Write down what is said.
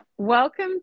Welcome